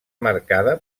marcada